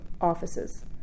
offices